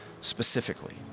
specifically